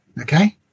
okay